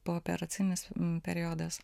pooperacinis periodas